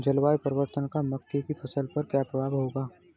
जलवायु परिवर्तन का मक्के की फसल पर क्या प्रभाव होगा?